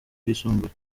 bwisumbuye